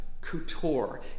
couture